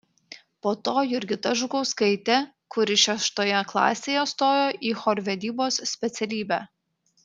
po to jurgita žukauskaitė kuri šeštoje klasėje stojo į chorvedybos specialybę